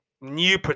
new